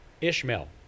Ishmael